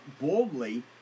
boldly